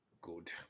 good